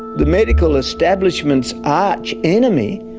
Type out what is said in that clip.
the medical establishment's arch enemy,